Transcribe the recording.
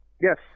Yes